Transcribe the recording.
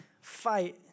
fight